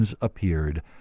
appeared